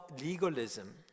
legalism